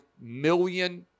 million